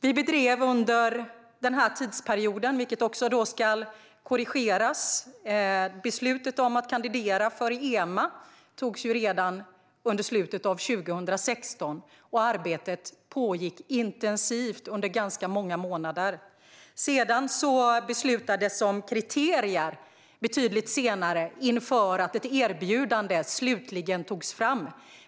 Vi bedrev under den här tidsperioden - som ska korrigeras, då beslutet att kandidera för EMA fattades redan i slutet av 2016 - ett intensivt arbete under ganska många månader. Betydligt senare beslutades det om kriterier inför att ett erbjudande slutligen togs fram.